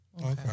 Okay